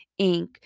Inc